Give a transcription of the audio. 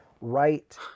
right